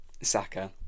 Saka